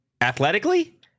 Athletically